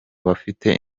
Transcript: bafite